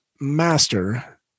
master